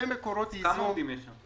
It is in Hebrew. מקורות ייזום -- כמה עובדים יש שם?